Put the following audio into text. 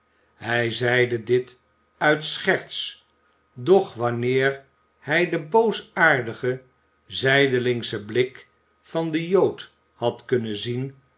hij zeide dit uit scherts doch wanneer hij den boosaardigen zijdelingschen blik van den jood had kunnen zien